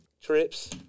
trips